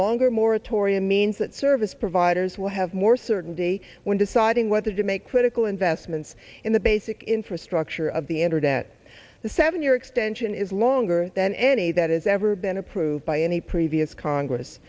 longer moratorium means that service providers will have more certainty when deciding whether to make critical investments in the basic infrastructure of the internet the seven year extension is longer than any that has ever been approved by any previous congress